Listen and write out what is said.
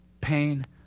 pain